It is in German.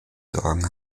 sorgen